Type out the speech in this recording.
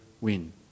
win